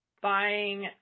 buying